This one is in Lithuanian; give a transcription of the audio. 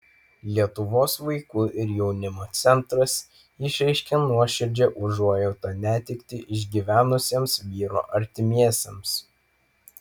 lietuvos vaikų ir jaunimo centras išreiškė nuoširdžią užuojautą netektį išgyvenusiems vyro artimiesiems